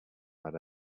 had